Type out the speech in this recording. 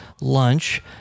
lunch